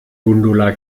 gundula